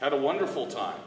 have a wonderful time